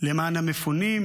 למען המפונים,